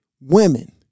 women